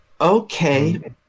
Okay